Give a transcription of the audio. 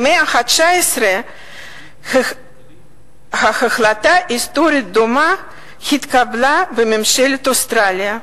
במאה ה-19 התקבלה החלטה היסטורית דומה בממשלת אוסטרליה.